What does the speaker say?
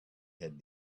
had